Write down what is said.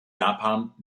japan